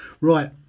Right